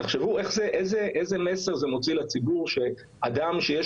תחשבו איזה מסר זה מוציא לציבור שאדם שיש